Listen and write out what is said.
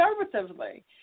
conservatively